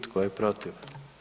Tko je protiv?